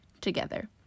together